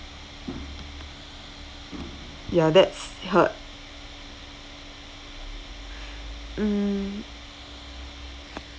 ya that's her mm